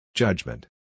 Judgment